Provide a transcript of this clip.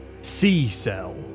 C-Cell